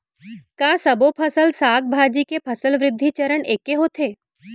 का सबो फसल, साग भाजी के फसल वृद्धि चरण ऐके होथे?